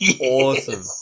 awesome